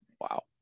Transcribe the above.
Wow